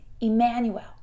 Emmanuel